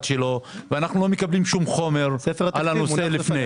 שלו ואנו לא מקבלים שום חומר על הנושא לפני.